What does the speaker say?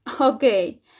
Okay